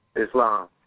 Islam